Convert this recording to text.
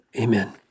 Amen